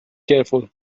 careful